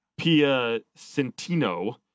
Piacentino